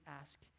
ask